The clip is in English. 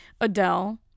Adele